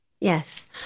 yes